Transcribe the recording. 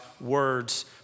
words